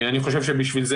בשביל זה